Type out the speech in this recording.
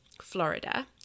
Florida